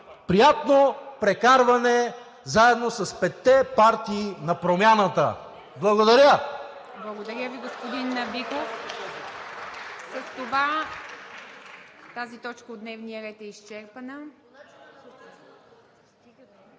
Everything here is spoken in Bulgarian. Приятно прекарване, заедно с петте партии на промяната. Благодаря.